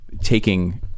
taking